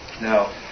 Now